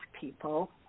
people